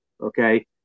okay